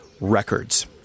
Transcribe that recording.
records